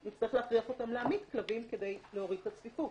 נצטרך להכריח אותן להמית כלבים כדי להוריד את הצפיפות.